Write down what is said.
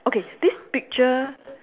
okay this picture